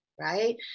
right